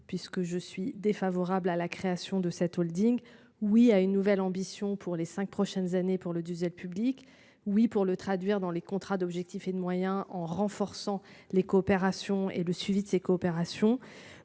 puisque je suis défavorable à la création de cette Holding oui à une nouvelle ambition pour les 5 prochaines années pour le diésel public oui pour le traduire dans les contrats d'objectifs et de moyens en renforçant les coopérations et le suivi de ces coopérations.